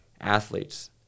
athletes